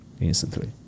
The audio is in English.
instantly